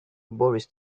boris